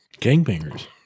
Gangbangers